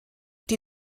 die